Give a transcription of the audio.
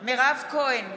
מירב כהן,